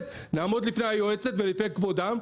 נעמוד הכי בסדר לפני היועצת ולפני כבודם,